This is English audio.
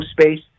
space